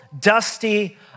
dusty